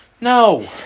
No